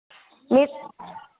मित